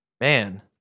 man